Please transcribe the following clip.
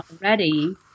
already